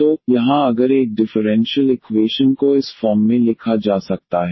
तो यहाँ अगर एक डिफरेंशियल इक्वेशन को इस फॉर्म में लिखा जा सकता है